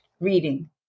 reading